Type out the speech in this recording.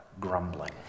grumbling